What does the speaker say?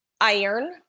iron